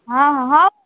ହଁ ହଁ ହେଉ